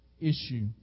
issue